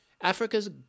Africa's